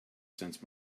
sense